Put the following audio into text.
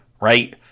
right